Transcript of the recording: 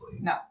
No